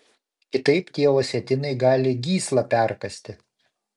kitaip tie osetinai gali gyslą perkąsti